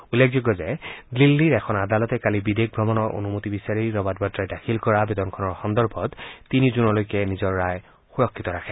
উল্লেখযোগ্য যে দিল্লীৰ এখন আদালতে কালি বিদেশ ভ্ৰমণৰ অনুমতি বিচাৰি ৰবাৰ্ট ভাদ্ৰাই দাখিল কৰা আবেদনখনৰ সন্দৰ্ভত তিনি জুনলৈকে নিজৰ ৰায় সুৰক্ষিত ৰাখে